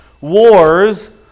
wars